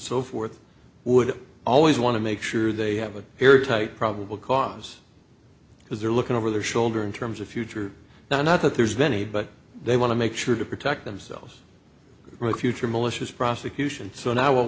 so forth would always want to make sure they have an airtight probable cause because they're looking over their shoulder in terms of future not that there's any but they want to make sure to protect themselves right future malicious prosecution so now what